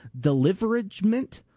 deliveragement